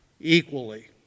equally